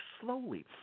slowly